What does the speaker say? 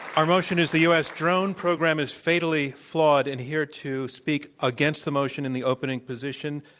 our motion is the u. s. drone program is fatally flawed. and here to speak against the motion in the opening position,